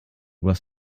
was